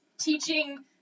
teaching